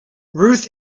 ruth